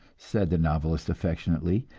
said the novelist, affectionately,